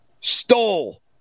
stole